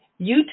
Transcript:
YouTube